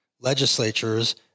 legislatures